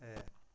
ते